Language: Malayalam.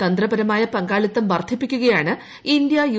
തന്ത്രപരമായ പങ്കാളിത്തം വർധിപ്പിക്കുകയാണ് ഇന്ത്യ യു